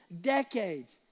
decades